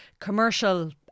commercial